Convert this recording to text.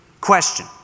question